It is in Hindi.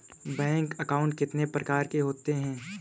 बैंक अकाउंट कितने प्रकार के होते हैं?